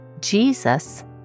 Jesus